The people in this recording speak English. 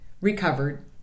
recovered